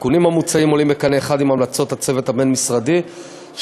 התיקונים המוצעים עולים בקנה אחד עם המלצות הצוות הבין-משרדי שעסק